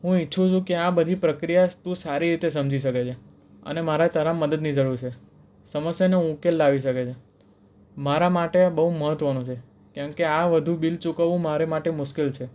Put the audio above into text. હું ઈચ્છું છું કે આ બધી પ્રક્રિયા તું સારી રીતે સમજી શકે છે અને મારા તારા મદદની જરૂર છે સમસ્યાને ઉકેલ લાવી શકે છે મારા માટે બહુ મહત્ત્વનું છે કેમ કે આ વધુ બિલ ચૂકવવું મારે માટે મુશ્કેલ છે